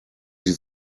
sie